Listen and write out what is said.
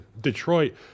Detroit